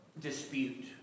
dispute